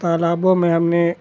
तालाबों में हमने